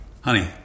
Honey